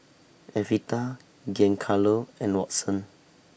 Evita Giancarlo and Watson